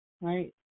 right